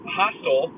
hostel